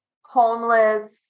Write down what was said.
homeless